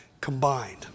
combined